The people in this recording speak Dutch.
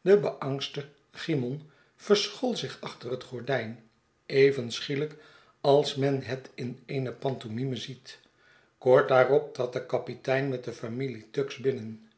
de beangste cymon verschool zich achter het gordijn even schielijk als men het in eene pantomime ziet kort daarop trad de kapitein met de familie tuggs binnen